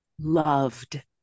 loved